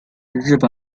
日本